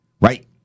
right